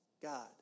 God